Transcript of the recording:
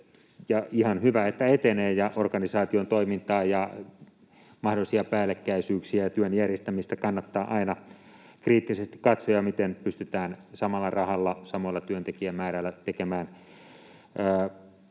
ihan hyvä että etenee. Organisaation toimintaa ja mahdollisia päällekkäisyyksiä ja työn järjestämistä kannattaa aina kriittisesti katsoa ja sitä, miten pystytään samalla rahalla, samalla työntekijämäärällä tekemään